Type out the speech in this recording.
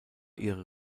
ihre